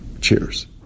Cheers